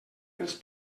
els